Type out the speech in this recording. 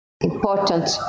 important